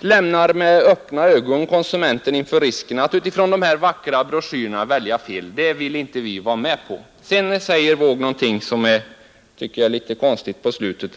lämnar med öppna ögon konsumenten inför risken att i de här vackra broschyrerna välja fel. Det vill inte vi vara med på. Sedan säger herr Wååg i slutet av sitt anförande någonting som jag tycker är litet konstigt.